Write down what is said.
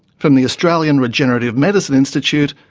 from the australian regenerative medicine institute,